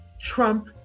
Trump